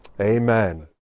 Amen